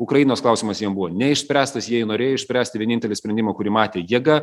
ukrainos klausimas jiem buvo neišspręstas jie jį norėjo išspręsti vienintelį sprendimą kurį matė jėga